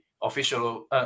official